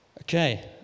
Okay